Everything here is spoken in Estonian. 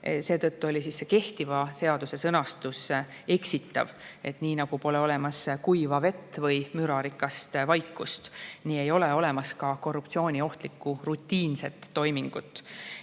Seetõttu on see kehtiva seaduse sõnastus eksitav. Nii nagu pole olemas kuiva vett või mürarikast vaikust, nii ei ole olemas ka korruptsiooniohtlikku rutiinset toimingut.